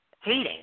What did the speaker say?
hating